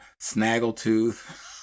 Snaggletooth